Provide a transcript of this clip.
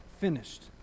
finished